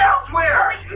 elsewhere